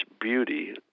beauty